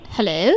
Hello